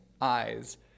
eyes